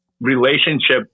relationship